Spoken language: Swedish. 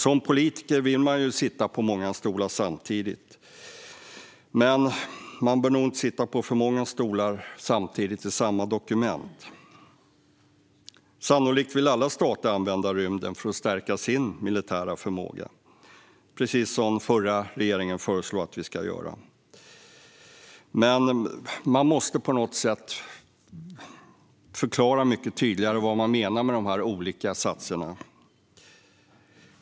Som politiker vill man sitta på många stolar samtidigt, men man bör nog inte sitta på för många stolar samtidigt i samma dokument. Sannolikt vill alla stater använda rymden för att stärka sin militära förmåga, precis som den förra regeringen har föreslagit att vi ska göra. Men man måste mycket tydligare förklara vad man menar med dessa olika satser.